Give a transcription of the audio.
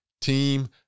team